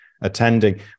attending